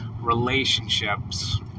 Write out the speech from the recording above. relationships